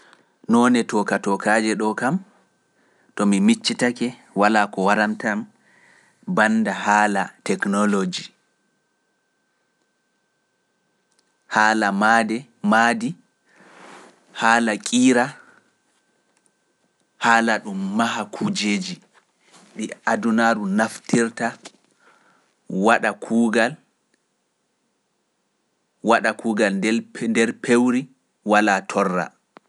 Noone toka tokaaje ɗoo kam, to mi miccitake walaa ko warantam bannda haala teknoloji, haala maade maadi, haala kiira, haala ɗum maha kujeeji ɗi adunaaru naftirta waɗa kuugal waɗa kuugal nder pewri walaa torra.